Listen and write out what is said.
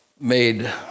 made